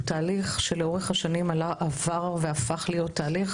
הוא תהליך שלאורך השנים עבר והפך להיות תהליך